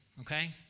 Okay